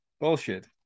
Bullshit